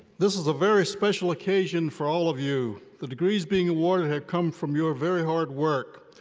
this is a very special occasion for all of you. the degrees being awarded have come from your very hard work,